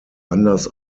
anders